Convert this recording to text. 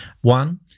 One